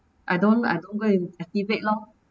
I don't I don't go and activate lor